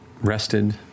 rested